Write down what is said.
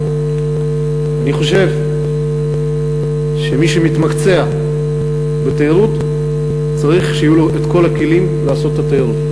אני חושב שמי שמתמקצע בתיירות צריך שיהיו לו כל הכלים לעשות את התיירות.